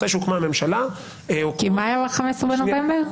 מתי שהוקמה הממשלה --- מה היה ב-15 בנובמבר?